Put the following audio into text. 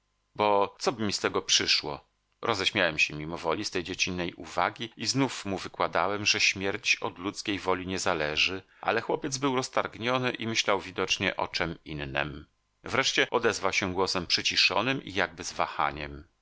bo coby mi z tego przyszło roześmiałem się mimowoli z tej dziecinnej uwagi i znów mu wykładałem że śmierć od ludzkiej woli nie zależy ale chłopiec był roztargniony i myślał widocznie o czem innem wreszcie odezwał się głosem przyciszonym i jakby z wahaniem